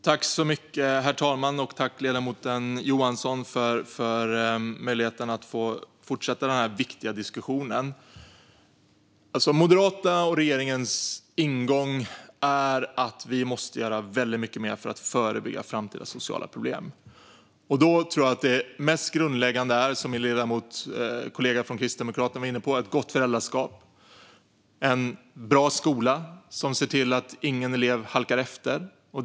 Herr talman! Tack, ledamoten Johansson, för möjligheten att fortsätta denna viktiga diskussion! Moderaternas och regeringens ingång är att vi måste göra väldigt mycket mer för att förebygga framtida sociala problem. Då tror jag att det mest grundläggande är, som min ledamotskollega från Kristdemokraterna var inne på, ett gott föräldraskap och en bra skola som ser till att ingen elev halkar efter.